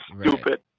stupid